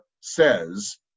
says